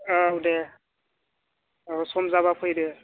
औ दे औ सम जाबा फैदो